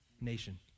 nation